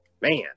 man